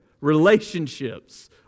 Relationships